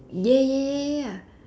ya ya ya ya ya